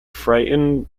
frightened